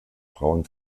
frauen